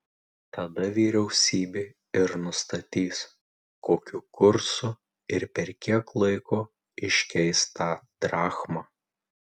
tada vyriausybė ir nustatys kokiu kursu ir per kiek laiko iškeis tą drachmą